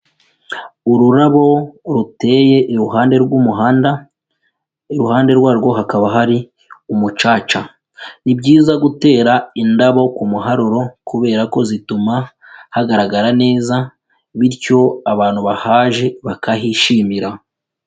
Ururabo ruteye iruhande rw'umuhanda, iruhande rwarwo hakaba hari umucaca, ni byiza gutera indabo ku muharuro kubera ko zituma hagaragara neza bityo abantu bahaje bakahishimira.